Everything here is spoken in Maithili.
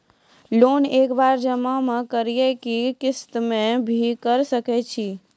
लोन एक बार जमा म करि कि किस्त मे भी करऽ सके छि?